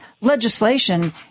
legislation